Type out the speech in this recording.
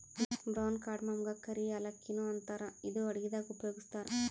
brown ಕಾರ್ಡಮಮಗಾ ಕರಿ ಯಾಲಕ್ಕಿ ನು ಅಂತಾರ್ ಇದು ಅಡಗಿದಾಗ್ ಉಪಯೋಗಸ್ತಾರ್